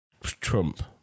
Trump